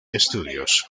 studios